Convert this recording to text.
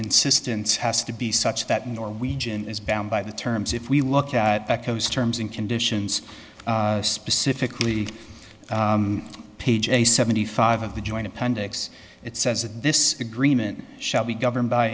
insistence has to be such that norwegian is bound by the terms if we look at those terms and conditions specifically page a seventy five of the joint appendix it says that this agreement shall be governed by